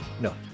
No